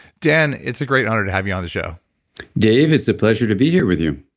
dan, it's a great honor to have you on the show dave, it's a pleasure to be here with you,